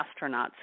astronauts